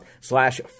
slash